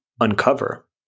uncover